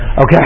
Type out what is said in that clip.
Okay